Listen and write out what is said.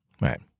Right